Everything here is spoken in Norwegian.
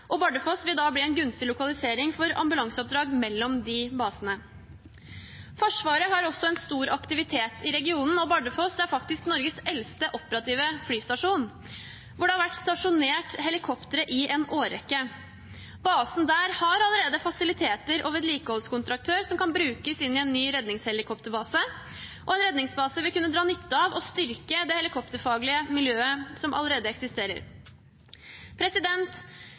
Tromsø. Bardufoss vil da bli en gunstig lokalisering for ambulanseoppdrag mellom de basene. Forsvaret har også stor aktivitet i regionen. Bardufoss er faktisk Norges eldste operative flystasjon, hvor det har vært stasjonert helikoptre i en årrekke. Basen der har allerede fasiliteter og vedlikeholdskontraktør som kan brukes inn i en ny redningshelikopterbase, og en redningsbase vil kunne dra nytte av og styrke det helikopterfaglige miljøet som allerede eksisterer.